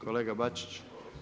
Kolega Bačić.